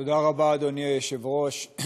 תודה רבה, אדוני היושב-ראש.